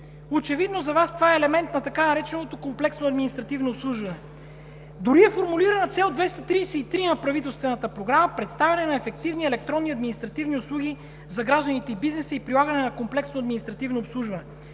Очевидно за Вас това е елемент на така нареченото „комплексно административно обслужване“. Дори е формулирана цел 233 на правителствената Програма – „Представяне на ефективни електронни административни услуги за гражданите и бизнеса и прилагане на комплексно административно обслужване“.